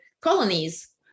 colonies